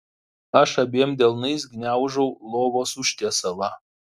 aš abiem delnais gniaužau lovos užtiesalą